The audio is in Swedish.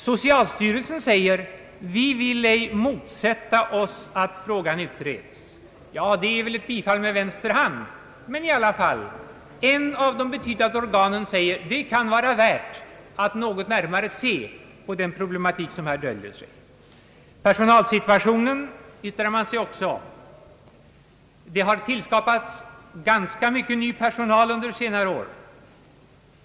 §Socialstyrelsen säger: Vi vill ej motsätta oss att frågan utreds. Ja, det är väl ett bifall med vänster hand. Men i alla fall: Ett av de betydande organen säger, att det kan vara värt att se litet närmare på den problematik som här döljer sig. Personalsituationen yttrar man sig också om. Ganska mycket ny personal har tillkommit under senare år.